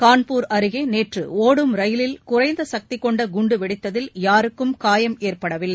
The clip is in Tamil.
கான்பூர் அருகே நேற்று ஒடும் ரயிலில் குறைந்த சக்தி கொண்ட குண்டு வெடித்ததில் யாருக்கும் காயம் ஏற்படவில்லை